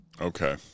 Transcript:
Okay